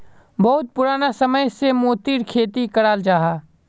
बहुत पुराना समय से मोतिर खेती कराल जाहा